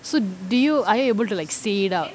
so did you are you able to like say it out